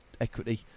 equity